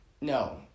No